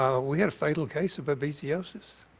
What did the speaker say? ah we had a fatal case of but babesiosis.